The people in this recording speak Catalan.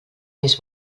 més